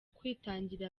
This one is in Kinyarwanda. kwitangira